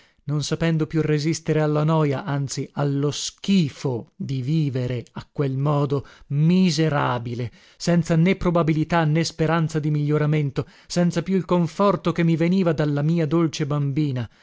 non sapendo più resistere alla noja anzi allo schifo di vivere a quel modo miserabile senza né probabilità né speranza di miglioramento senza più il conforto che mi veniva dalla mia dolce bambina